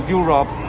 Europe